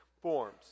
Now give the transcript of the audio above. forms